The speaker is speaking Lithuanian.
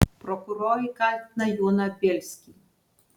prokurorai kaltina joną bielskį